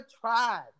tried